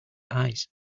eyes